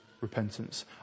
repentance